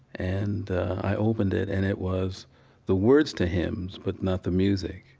and i opened it, and it was the words to hymns, but not the music.